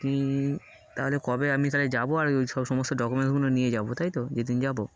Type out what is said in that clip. কি তাহলে কবে আমি তাহলে যাবো আর ওই সব সমস্ত ডকুমেন্টস গুলো নিয়ে যাবো তাই তো যেদিন যাবো